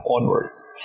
onwards